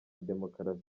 demokarasi